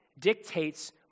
dictates